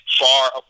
far